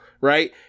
Right